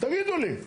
תגידו לי.